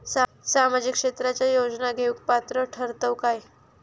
सामाजिक क्षेत्राच्या योजना घेवुक पात्र ठरतव काय?